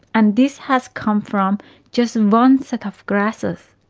and this has come from just one set of grasses.